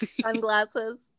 sunglasses